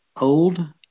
Old